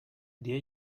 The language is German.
der